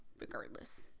Regardless